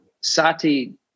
Sati